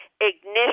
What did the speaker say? ignition